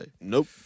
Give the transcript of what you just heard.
Nope